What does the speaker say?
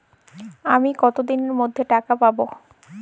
আমি কতদিনের মধ্যে টাকা পাবো?